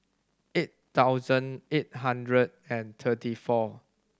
eight thousand eight hundred and thirty four